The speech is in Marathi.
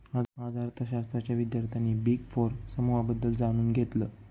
आज अर्थशास्त्राच्या विद्यार्थ्यांनी बिग फोर समूहाबद्दल जाणून घेतलं